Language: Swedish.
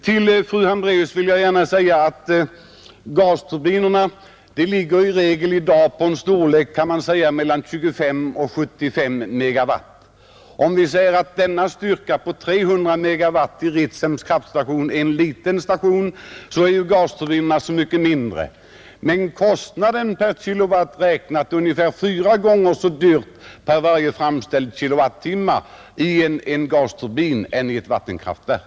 Till fru Hambraeus vill jag gärna säga att gasturbinverken i dag som regel har en storlek på mellan 25 och 75 MW. Om Ritsem med sina 300 MW kan sägas bli en liten station, är ju gasturbinkraftverken så mycket mindre. Men kostnaden per kilowatt blir ungefär fyra gånger så hög i gasturbinverk som i vattenkraftverk.